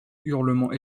hurlements